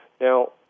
Now